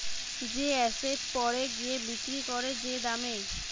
যে এসেট পরে গিয়ে বিক্রি করে যে দামে